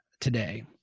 today